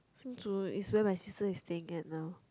Hsinchu is where my sis is staying at now